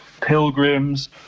pilgrims